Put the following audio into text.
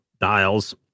dials